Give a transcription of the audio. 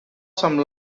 some